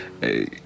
Hey